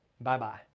Bye-bye